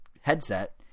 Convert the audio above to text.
headset